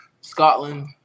Scotland